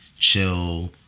chill